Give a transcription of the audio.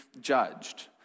judged